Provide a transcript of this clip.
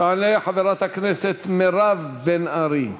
תעלה חברת הכנסת מירב בן ארי,